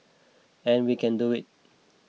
and we can do it